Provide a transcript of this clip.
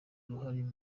uruhare